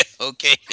okay